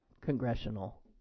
congressional